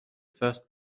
first